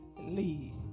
Lee